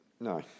No